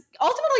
ultimately